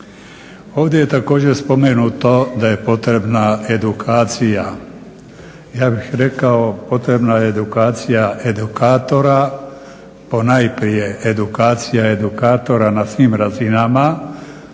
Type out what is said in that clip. Ovdje je također spomenuto da je potrebna edukacija, ja bih rekao potrebna je edukacija edukatora ponajprije edukacija edukatora na svim razinama